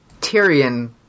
Tyrion